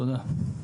תודה.